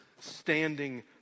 standing